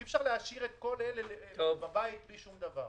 אי אפשר להשאיר את כל אלה בבית בלי שום דבר.